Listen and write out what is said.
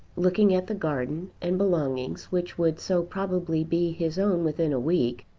looking at the garden and belongings which would so probably be his own within a week,